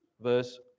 verse